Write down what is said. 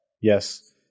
Yes